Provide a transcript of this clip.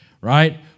Right